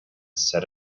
set